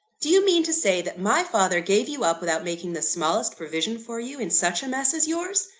do you mean to say that my father gave you up without making the smallest provision for you, in such a mess as your's?